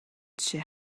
жишээ